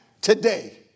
today